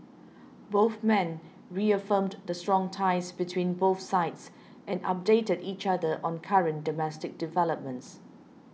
both men reaffirmed the strong ties between both sides and updated each other on current domestic developments